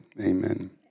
Amen